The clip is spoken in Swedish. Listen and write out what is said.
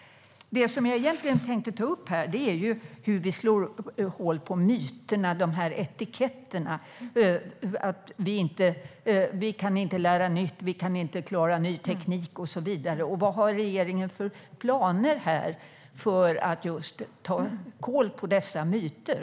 Det som jag egentligen vill ta upp är hur vi slår hål på myterna att vi inte kan lära nytt, att vi inte kan klara ny teknik och så vidare. Vad har regeringen för planer för att ta kål på dessa myter?